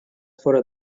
fora